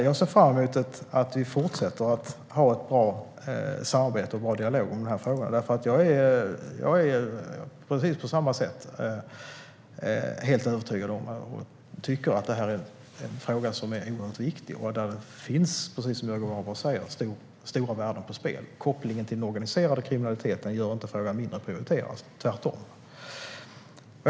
Jag ser fram emot att vi fortsätter att ha ett bra samarbete och dialog om frågorna. Jag är precis på samma sätt helt övertygad om att detta är en fråga som är oerhört viktig. Där finns, precis som Jörgen Warborn säger, stora värden på spel. Kopplingen till den organiserade kriminaliteten gör inte frågan mindre prioriterad, tvärtom.